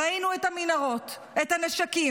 ראינו את המנהרות, את הנשקים,